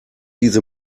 diese